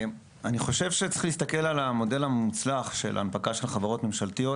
אני חושב שצריכים להסתכל על המודל המוצלח של הנפקת חברות ממשלתיות